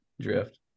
drift